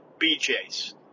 BJ's